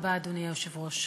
אדוני היושב-ראש,